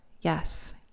Yes